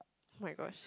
oh-my-gosh